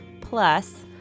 Plus